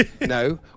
No